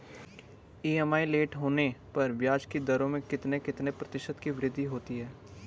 EMI late होने पर ब्याज की दरों में कितने कितने प्रतिशत की वृद्धि होती है?